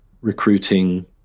recruiting